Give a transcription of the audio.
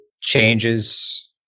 changes